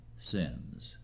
sins